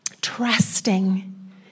Trusting